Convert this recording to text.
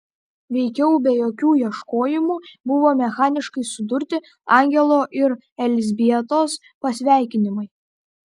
veikiau be jokių ieškojimų buvo mechaniškai sudurti angelo ir elzbietos pasveikinimai